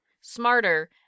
smarter